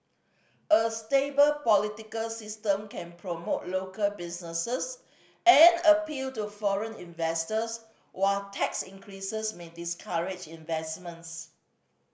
a stable political system can promote local businesses and appeal to foreign investors while tax increases may discourage investments